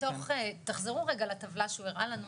מתוך תחזרו רגע לטבלה שהוא הראה לנו,